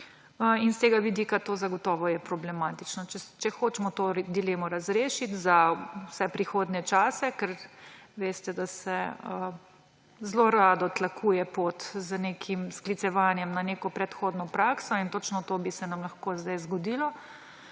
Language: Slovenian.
S tega vidika je to zagotovo problematično. Če hočemo to dilemo razrešiti za vse prihodnje čase, ker veste, da se zelo rado tlakuje pot z nekim sklicevanjem na neko predhodno prakso, in točno to bi se nam lahko zdaj zgodilo,